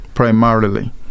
Primarily